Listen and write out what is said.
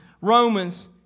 Romans